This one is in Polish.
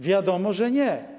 Wiadomo, że nie.